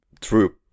true